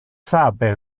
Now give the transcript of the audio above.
sape